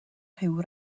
ryw